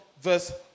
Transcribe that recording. verse